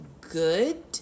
good